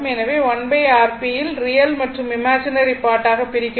எனவே 1Rp யில் real மற்றும் இமாஜினரி பார்ட் ஆக பிரிக்கவும்